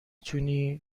تونی